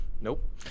Nope